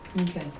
Okay